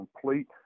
complete